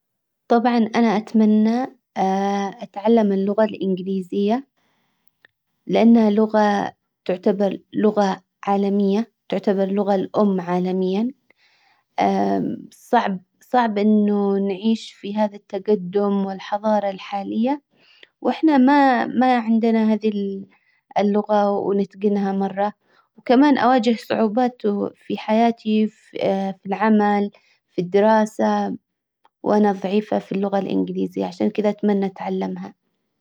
طبعا انا اتمنى اتعلم اللغة الانجليزية. لانها لغة تعتبر لغة عالمية. تعتبر لغة الام عالميا. صعب صعب انه نعيش في هذا التجدم والحضارة الحالية. واحناما ما عندنا هذه اللغة ونتجنها مرة وكمان اواجه صعوبات في حياتي في العمل في الدراسة وانا ضعيفة في اللغة الانجليزية عشان كذا اتمنى اتعلمها.